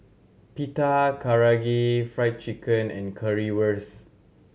Pita Karaage Fried Chicken and Currywurst